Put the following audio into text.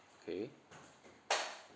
okay